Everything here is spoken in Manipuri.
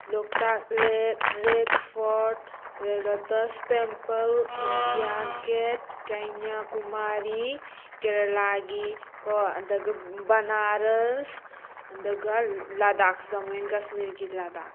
ꯂꯣꯛꯇꯥꯛ lake red fort lotus temple India gate Kanyakumari ꯀꯦꯔꯂꯥꯒꯤ ꯀꯣ ꯑꯗꯒꯤ ꯕꯅꯥꯔꯁ ꯑꯗꯨꯒ ꯂꯥꯗꯥꯛ ꯖꯃꯨ ꯑꯦꯟ ꯀꯥꯁꯃꯤꯔꯒꯤ ꯂꯥꯗꯥꯛ